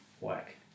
Whack